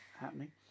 happening